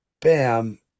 bam